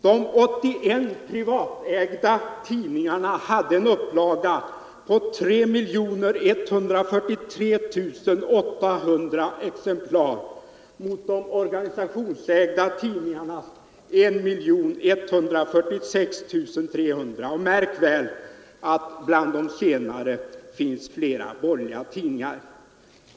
De 81 privatägda tidningarna hade en upplaga på 3 143 800 exemplar mot de organisationsägda tidningarnas 1 146 300. Märk väl att det bland de senare finns flera borgerliga tidningar.